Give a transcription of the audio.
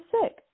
sick